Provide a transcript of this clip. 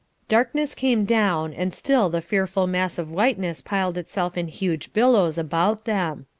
darkness came down and still the fearful mass of whiteness piled itself in huge billows about them.